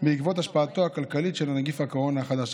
בעקבות השפעתו הכלכלית של נגיף הקורונה החדש,